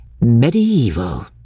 Medieval